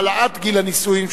העלאת גיל הנישואין),